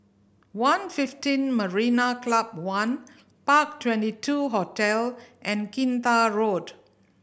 one fifteen Marina Club One Park Twenty two Hotel and Kinta Road